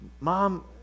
Mom